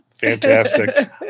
Fantastic